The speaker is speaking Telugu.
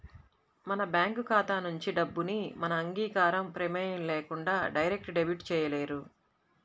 మన బ్యేంకు ఖాతా నుంచి డబ్బుని మన అంగీకారం, ప్రమేయం లేకుండా డైరెక్ట్ డెబిట్ చేయలేరు